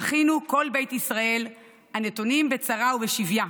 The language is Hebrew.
"אחינו כל בית ישראל הנתונים בצרה ובשביה".